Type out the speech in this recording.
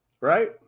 right